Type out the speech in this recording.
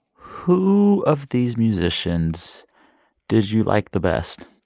who of these musicians did you like the best?